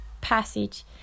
passage